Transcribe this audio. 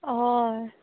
हय